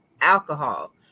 alcohol